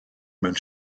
mewn